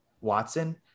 Watson –